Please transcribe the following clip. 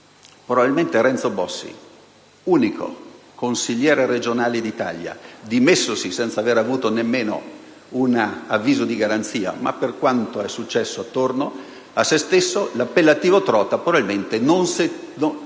probabilmente Renzo Bossi, unico consigliere regionale d'Italia dimessosi senza aver ricevuto nemmeno un avviso di garanzia, ma per quanto è successo attorno a se stesso, l'appellativo "trota" non se lo